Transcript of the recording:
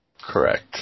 Correct